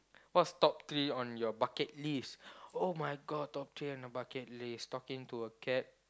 what's top three on your bucket list oh-my-God top three in my bucket list talking to a cat